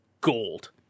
gold